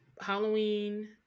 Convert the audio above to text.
Halloween